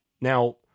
Now